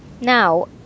Now